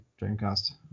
Dreamcast